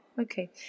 Okay